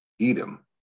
Edom